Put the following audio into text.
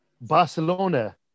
Barcelona